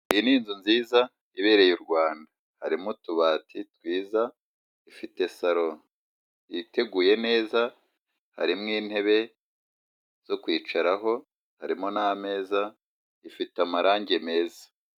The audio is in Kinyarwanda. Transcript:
Iyi ni inzu nziza ibereye u Rwanda, harimo utubati twiza ifite saro yiteguye neza, harimo intebe zo kwicaraho, harimo n'ameza, ifite amarangi meza.